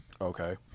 okay